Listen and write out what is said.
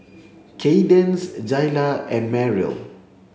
Kadence Jaylah and Merrill